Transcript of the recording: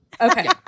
Okay